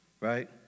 right